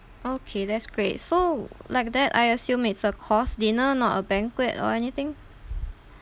okay that's great so like that I assume it's a course dinner not a banquet or anything